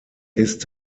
ist